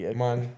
man